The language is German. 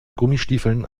gummistiefeln